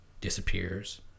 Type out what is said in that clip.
disappears